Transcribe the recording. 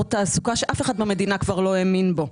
תעסוקה שאף אחד במדינה כבר לא האמין בו.